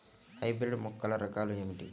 Hybrid మొక్కల రకాలు ఏమిటీ?